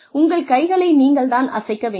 உங்கள் கைகளை நீங்கள் தான் அசைக்க வேண்டும்